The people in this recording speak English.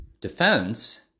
defense